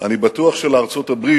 אני בטוח שלארצות-הברית